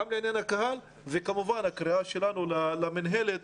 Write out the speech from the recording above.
יש את העניין הקהל וגם הקריאה שלנו למנהלת